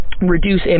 reduce